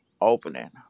opening